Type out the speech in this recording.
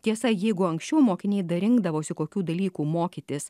tiesa jeigu anksčiau mokiniai dar rinkdavosi kokių dalykų mokytis